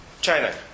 China